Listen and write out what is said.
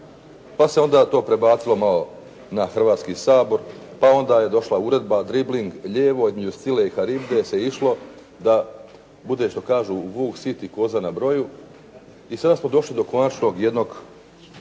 pa se onda to prebacilo malo na Hrvatski sabor, pa onda je došla uredba, dribling lijevo između …/Govornik se ne razumije./… se išlo da bude što kažu “vuk sit i koza na broju“. I sada smo došli do konačnog jednog